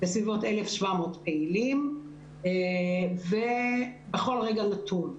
בסביבות 1,700 פעילים בכל רגע נתון.